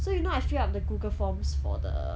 so you know I fill up the google forms for the